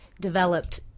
developed